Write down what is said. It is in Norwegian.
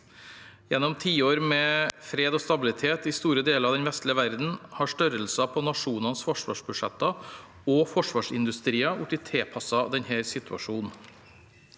Gjennom tiår med fred og stabilitet i store deler av den vestlige verden har størrelsen på nasjonenes forsvarsbudsjetter og forsvarsindustrier blitt tilpasset denne situasjonen.